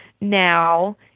now